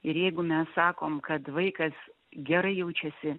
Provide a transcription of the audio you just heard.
ir jeigu mes sakom kad vaikas gerai jaučiasi